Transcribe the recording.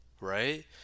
right